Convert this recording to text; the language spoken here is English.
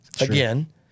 again